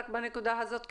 רק בנקודה הזאת זה